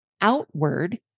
outward